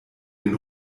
den